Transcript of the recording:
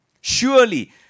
Surely